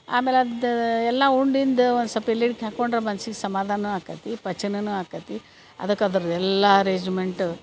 ಆಮೇಲೆ ಅದು ಎಲ್ಲ ಉಂಡಿಂದ ಒಂದು ಸೊಲ್ಪ ಎಲೆ ಅಡಿಕಿ ಹಾಕೊಂಡ್ರ ಮನಸ್ಸಿಗೆ ಸಮಾಧಾನ ಆಕತ್ತಿ ಪಚನನು ಆಕತ್ತಿ ಅದಕ್ಕೆ ಅದರ್ದು ಎಲ್ಲಾ ಅರೆಜುಮೆಂಟ್